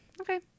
Okay